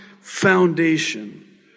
foundation